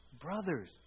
Brothers